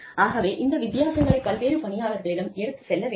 ஆகவே இந்த வித்தியாசங்களை பல்வேறு பணியாளர்களிடம் எடுத்துச் சொல்ல வேண்டும்